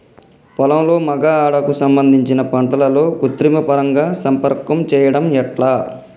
పొలంలో మగ ఆడ కు సంబంధించిన పంటలలో కృత్రిమ పరంగా సంపర్కం చెయ్యడం ఎట్ల?